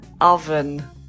oven